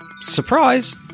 surprise